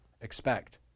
Expect